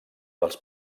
dels